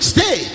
Stay